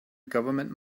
government